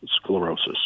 sclerosis